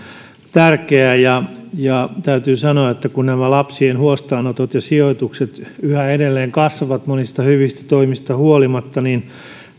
tärkeä ja ja täytyy sanoa että kun nämä lapsien huostaanotot ja sijoitukset yhä edelleen kasvavat monista hyvistä toimista huolimatta niin